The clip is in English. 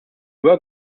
work